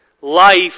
life